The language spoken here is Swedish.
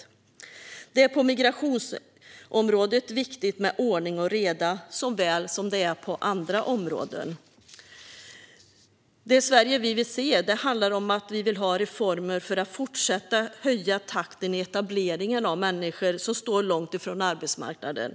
Precis som på andra områden är det viktigt med ordning och reda på migrationsområdet. Vi vill se reformer för att fortsätta att höja takten i etableringen av människor som står långt från arbetsmarknaden.